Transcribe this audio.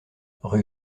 rue